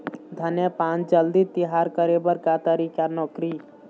धनिया पान जल्दी तियार करे बर का तरीका नोकरी?